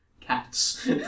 Cats